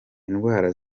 indwara